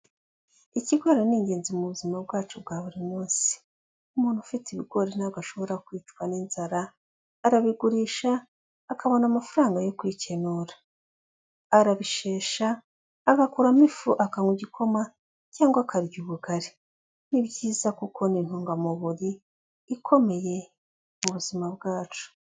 Ikigori ni ingenzi mu buzima bwacu bwa buri munsi, umuntu ufite ibigori ntabwo ashobora kwicwa n'inzara, arabigurisha, akabona amafaranga yo kwikenura, arabishesha agakuramo ifu akanywa igikoma, cyangwa akarya ubugari, ni byiza kuko ni intungamubiri ikomeye mu buzima bwacu.